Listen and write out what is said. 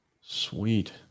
Sweet